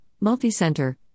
Multi-Center